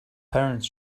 parents